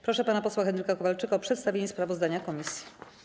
Proszę pana posła Henryka Kowalczyka o przedstawienie sprawozdania komisji.